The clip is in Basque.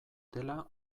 dela